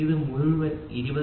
ഇത് മുഴുവനും 20